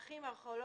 הכוונה.